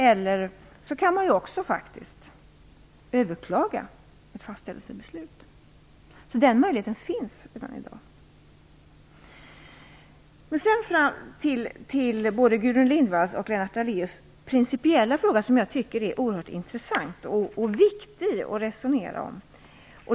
Man kan faktiskt också överklaga ett fastställelsebeslut. Den möjligheten finns således redan i dag. Så till Gudrun Lindvalls och Lennart Daléus principiella fråga som jag tycker är oerhört intressant och viktig att resonera om.